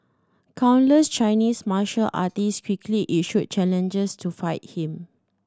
countless Chinese martial artists quickly issued challenges to fight him